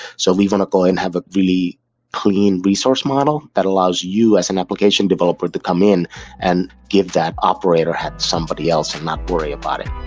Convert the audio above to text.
so we want to go and have a really clean resource model that allows you as an application developer to come in and give that operator hat somebody else and not worry about it.